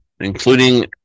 including